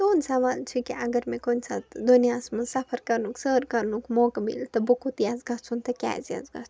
تُہنٛد سَوال چھُ کہِ اگر مےٚ کُنہِ ساتہٕ دُںیاہس منٛز سفر کَرنُک سٲل کَرنُک موقعہٕ مِلہِ تہٕ بہٕ کوٚت یِژھ گَژھُن تہٕ کیٛازِ یَژھ گَژھُن